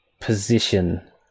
position